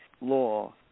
law